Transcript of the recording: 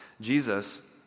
Jesus